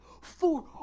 four